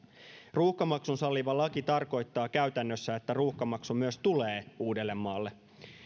ruuhkamaksun salliva laki tarkoittaa käytännössä että ruuhkamaksu myös tulee uudellemaalle